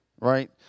right